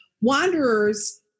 wanderers